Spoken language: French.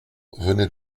venait